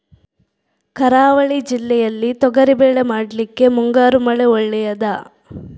ಕರಾವಳಿ ಜಿಲ್ಲೆಯಲ್ಲಿ ತೊಗರಿಬೇಳೆ ಮಾಡ್ಲಿಕ್ಕೆ ಮುಂಗಾರು ಮಳೆ ಒಳ್ಳೆಯದ?